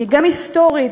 גם היסטורית,